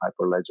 hyperledger